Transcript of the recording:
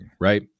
right